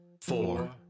Four